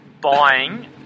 buying